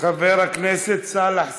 חבר הכנסת סאלח סעד,